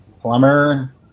plumber